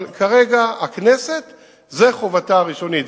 אבל כרגע הכנסת, זאת חובתה הראשונית.